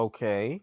Okay